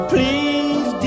Please